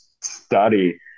study